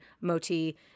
Moti